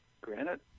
granite